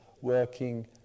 working